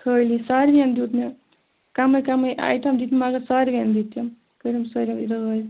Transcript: خٲلی سارنِیَن دیُت مےٚ کَمٕے کَمٕے آیٹَم دِتۍ مگر سارنِیَن دِتِم کٔرِم سٲری رٲزۍ